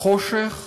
חושך